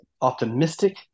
optimistic